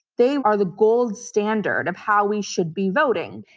they are the gold standard of how we should be voting.